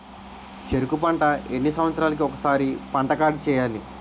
చెరుకు పంట ఎన్ని సంవత్సరాలకి ఒక్కసారి పంట కార్డ్ చెయ్యాలి?